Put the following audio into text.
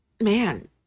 Man